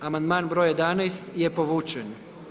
Amandman broj 11., je povučen.